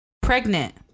pregnant